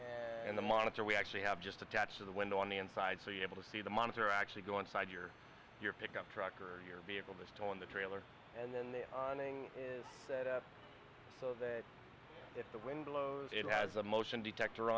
and the monitor we actually have just attached to the window on the inside so you able to see the monitor actually go inside your your pickup truck or your vehicle based on the trailer and then the awning is set up so that if the wind blows it has a motion detector